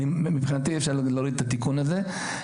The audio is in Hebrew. מבחינתי אפשר להוריד את התיקון הזה.